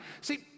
See